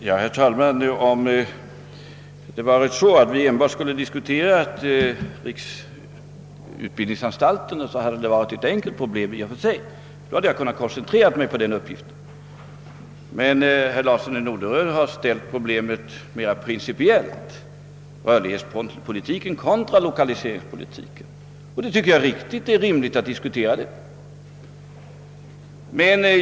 Herr talman! Om vi nu enbart skulle ha diskuterat riksutbildningsanstalterna, hade det varit ett enkelt problem. Då hade jag kunnat koncentrera mig på den uppgiften. Men herr Larsson i Norderön har ställt: problemet mera principiellt, d.v.s. han har ställt rörlighetspolitiken kontra lokaliseringspolitiken, och det tycker jag är rimligt och riktigt.